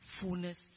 Fullness